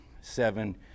seven